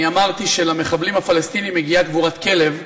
אני אמרתי שלמחבלים הפלסטינים מגיעה קבורת כלב,